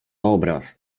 obraz